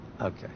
Okay